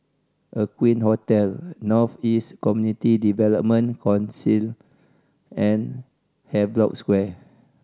Aqueen Hotel North East Community Development Council and Havelock Square